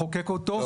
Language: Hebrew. לחוקק אותו,